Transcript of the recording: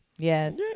Yes